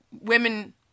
women